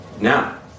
Now